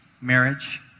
marriage